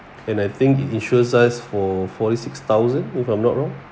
and I think it insure us for forty six thousand if I'm not wrong